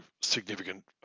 significant